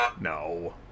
No